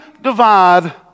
divide